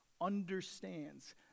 understands